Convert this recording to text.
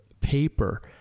paper